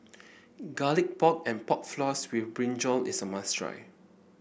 Garlic Pork and Pork Floss with Brinjal is a must try